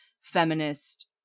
feminist